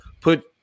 put